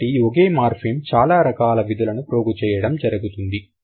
కాబట్టి ఒకే మార్ఫిమ్ చాలా రకాల విధులను ప్రోగు చేయడం జరిగింది